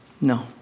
No